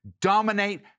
Dominate